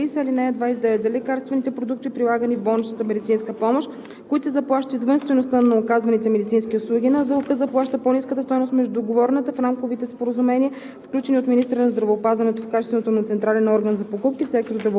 5. В чл. 45: а) създават се нови ал. 29 и 30: „(29) За лекарствените продукти, прилагани в болничната медицинска помощ, които се заплащат извън стойността на оказваните медицински услуги, НЗОК заплаща по-ниската стойност между договорената в рамковите споразумения,